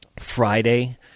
Friday